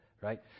Right